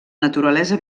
naturalesa